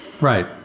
Right